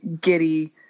giddy